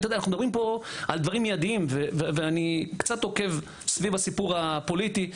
אנחנו מדברים פה על דברים מידיים ואני קצת עוקב סביב הסיפור הפוליטי,